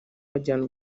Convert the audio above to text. bajyana